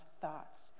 thoughts